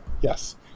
Yes